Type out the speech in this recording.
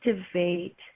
activate